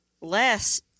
less –